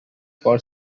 for